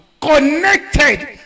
connected